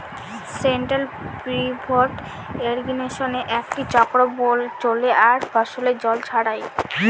central pivot ইর্রিগেশনে একটি চক্র চলে আর ফসলে জল ছড়ায়